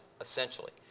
essentially